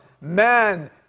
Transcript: man